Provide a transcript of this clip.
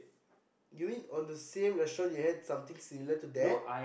you mean on the same restaurant you had something similar to that